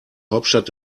hauptstadt